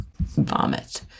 vomit